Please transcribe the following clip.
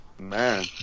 man